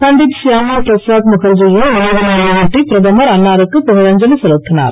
Pandit Shyama Prasad முகர்ஜியின் நினைவு நாளை ஒட்டி பிரதமர் அன்னாருக்கு புகழ் அஞ்சலி செலுத்தினார்